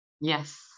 Yes